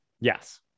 Yes